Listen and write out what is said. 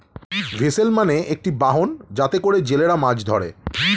vessel মানে একটি বাহন যাতে করে জেলেরা মাছ ধরে